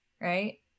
right